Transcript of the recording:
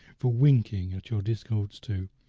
for winking at your discords too,